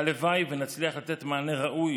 הלוואי שנצליח לתת מענה ראוי